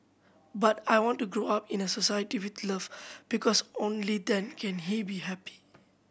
but I want to grow up in a society with love because only then can he be happy